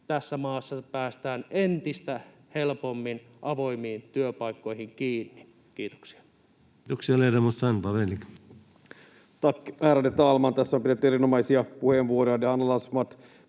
tässä maassa päästään entistä helpommin avoimiin työpaikkoihin kiinni. — Kiitoksia. [Speech 78]